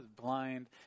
blind